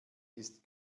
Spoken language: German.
ist